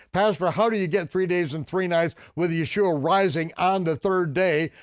pastor, how do you get three days and three nights with yeshua rising on the third day,